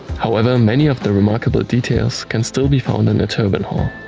however, many of the remarkable details can still be found in the turbine hall,